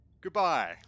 Goodbye